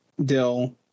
Dill